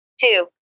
two